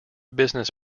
business